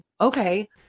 okay